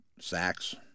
Sacks